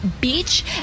BEACH